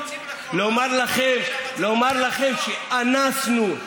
לומר לכם, שאנסנו,